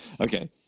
Okay